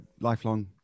lifelong